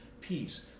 peace